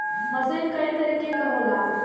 मसीन कई तरीके क होला